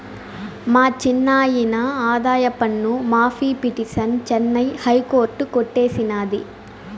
మా చిన్నాయిన ఆదాయపన్ను మాఫీ పిటిసన్ చెన్నై హైకోర్టు కొట్టేసినాది